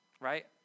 right